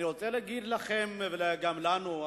אני רוצה להגיד לכם וגם לנו,